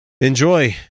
Enjoy